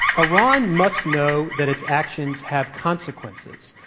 iran must know that its actions have consequences,